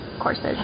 courses